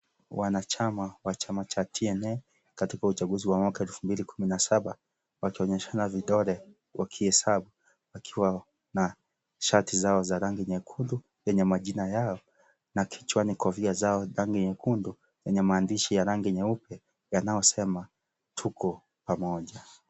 Wanachama wa chama cha TNA katika uchaguzi wa 2017 wakionyeshana vidole wakihesabu wakiwa na shati zao za rangi nyekundu zenye majina yao na kicwani kofia zao rangi nyekundu yenye maandishi ya rangi nyeupe yanayo sema tuko pamoja.